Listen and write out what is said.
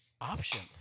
option